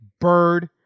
Bird